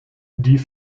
die